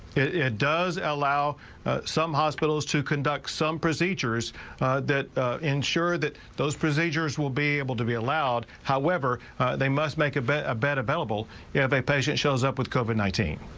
it does allow some hospitals to conduct some procedures that ensure that those procedures will be able to be allowed however they must make a bet a bed available. you have a patient shows up with covid nineteen.